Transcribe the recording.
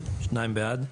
11. הצבעה בעד,